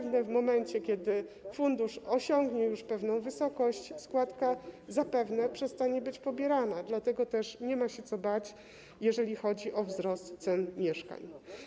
W momencie kiedy fundusz osiągnie już pewną wysokość, składka zapewne przestanie być pobierana, dlatego też nie ma się co bać, jeżeli chodzi o wzrost cen mieszkań.